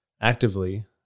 actively